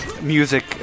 music